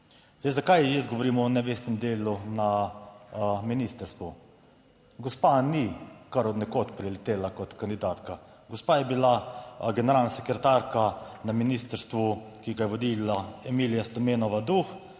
Zakaj jaz govorim o nevestnem delu na ministrstvu? Gospa ni kar od nekod priletela kot kandidatka. Gospa je bila generalna sekretarka na ministrstvu, ki ga je vodila Emilija Stojmenova Duh,